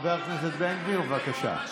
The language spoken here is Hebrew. חבר הכנסת בן גביר, בבקשה.